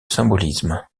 symbolisme